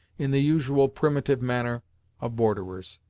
in the usual primitive manner of borderers.